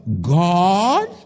God